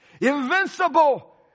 Invincible